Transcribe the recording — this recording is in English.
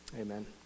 amen